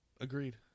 Agreed